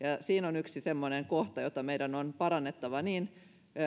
siinä on yksi semmoinen kohta jota meidän on parannettava niin